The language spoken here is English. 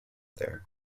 there